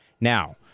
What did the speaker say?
Now